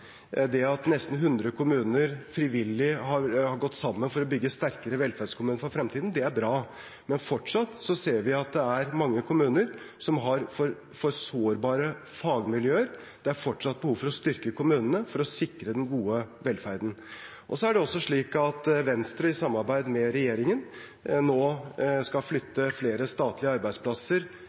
Det at nesten hundre kommuner frivillig har gått sammen for å bygge sterkere velferdskommuner for fremtiden, er bra. Men fortsatt ser vi at det er mange kommuner som har for sårbare fagmiljøer. Det er fortsatt behov for å styrke kommunene for å sikre den gode velferden. Så er det også slik at Venstre, i samarbeid med regjeringen, nå skal flytte flere statlige arbeidsplasser